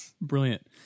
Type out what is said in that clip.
brilliant